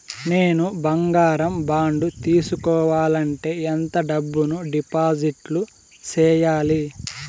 నేను బంగారం బాండు తీసుకోవాలంటే ఎంత డబ్బును డిపాజిట్లు సేయాలి?